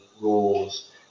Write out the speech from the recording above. rules